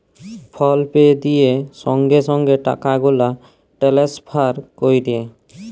ফল pay দিঁয়ে সঙ্গে সঙ্গে টাকা গুলা টেলেসফার ক্যরে